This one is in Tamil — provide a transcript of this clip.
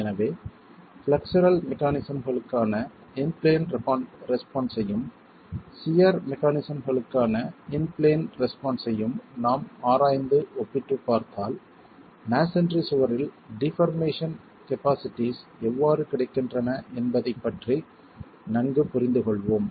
எனவே ஃப்ளெக்சுரல் மெக்கானிஸம்களுக்கான இன் பிளேன் ரெஸ்பான்ஸ் ஐயும் சியர் மெக்கானிஸம்களுக்கான இன் பிளேன் ரெஸ்பான்ஸ் ஐயும் நாம் ஆராய்ந்து ஒப்பிட்டுப் பார்த்தால் மஸோன்றி சுவரில் டிபார்மேஷன் கபாசிட்டிஸ் எவ்வாறு கிடைக்கின்றன என்பதைப் பற்றி நன்கு புரிந்துகொள்வோம்